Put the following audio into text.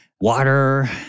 water